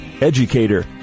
educator